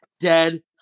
dead